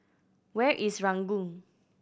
where is Ranggung